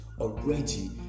already